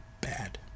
bad